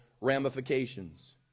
ramifications